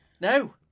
No